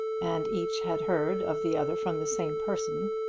and each had heard of the other from the same person.